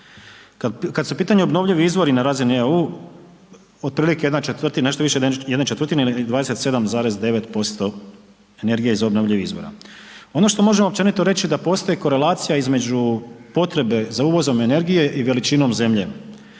Kad su u pitanju obnovljivi izvori na razini EU, otprilike 1/4, nešto više od 1/4 ili 27,9% energije iz obnovljivih izvora. Ono što možemo općenito reći da postoji korelacija između potrebe za uvozom energije i veličinom zemlje